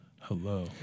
Hello